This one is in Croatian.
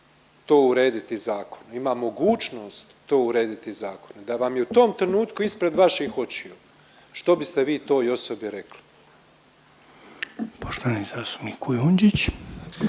to urediti zakonom. Ima mogućnost to urediti zakonom, da vam je u tom trenutku ispred vaših očiju. Što biste vi toj osobi rekli? **Reiner, Željko (HDZ)**